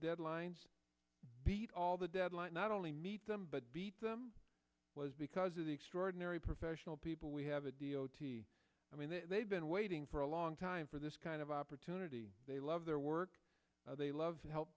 deadlines beat all the deadline not only meet them but beat them was because of the extraordinary professional people we have a d o t i mean they've been waiting for a long time for this kind of opportunity they love their work they love to help